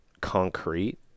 concrete